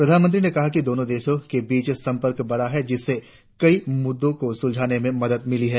प्रधानमंत्री ने कहा कि दोनों देशों के बीच संपर्क बढ़ा है जिससे कई मुद्दों को सुलझाने में मदद मिली है